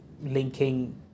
linking